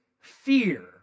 fear